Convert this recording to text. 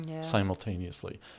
simultaneously